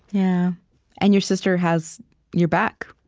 yeah and your sister has your back